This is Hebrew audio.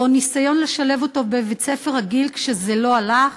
ניסיון לשלב אותו בבית-ספר רגיל, שלא הלך,